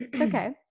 Okay